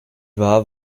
war